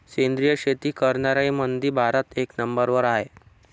सेंद्रिय शेती करनाऱ्याईमंधी भारत एक नंबरवर हाय